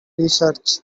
research